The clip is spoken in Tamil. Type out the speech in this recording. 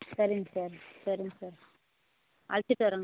சரிங்க சார் சரிங்க சார் அழைச்சிட்டு வரேங்க